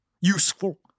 useful